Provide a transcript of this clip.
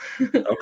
Okay